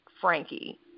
Frankie